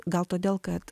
gal todėl kad